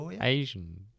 Asian